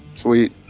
Sweet